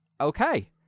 Okay